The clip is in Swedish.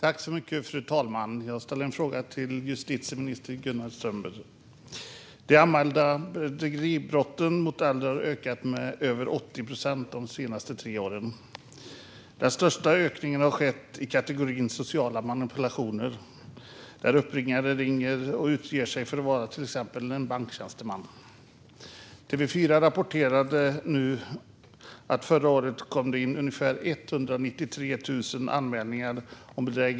Fru talman! Jag ställer min fråga till justitieminister Gunnar Strömmer. De anmälda bedrägeribrotten mot äldre har ökat med över 80 procent de senaste tre åren. Den största ökningen har skett i kategorin sociala manipulationer, där någon ringer och utger sig för att vara till exempel banktjänsteman.